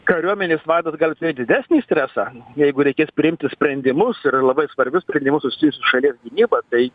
kariuomenės vadas gali turėt didesnį stresą jeigu reikės priimti sprendimus ir labai svarbius sprendimus susijusius su šalies gynyba tai